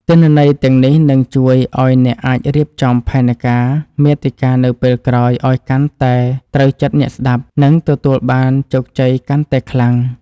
ទិន្នន័យទាំងនេះនឹងជួយឱ្យអ្នកអាចរៀបចំផែនការមាតិកានៅពេលក្រោយឱ្យកាន់តែត្រូវចិត្តអ្នកស្តាប់ និងទទួលបានជោគជ័យកាន់តែខ្លាំង។